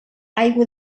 aigua